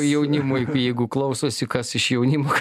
jaunimui jeigu klausosi kas iš jaunimo